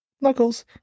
knuckles